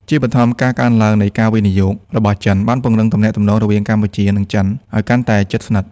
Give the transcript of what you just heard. ជាបឋម ការកើនឡើងនៃការវិនិយោគរបស់ចិនបានពង្រឹងទំនាក់ទំនងរវាងកម្ពុជា និងចិន ឲ្យកាន់តែជិតស្និទ្ធ។